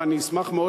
ואני אשמח מאוד,